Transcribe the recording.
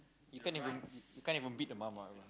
you can't even you can't even beat the mum ah